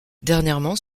dernièrement